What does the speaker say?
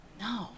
no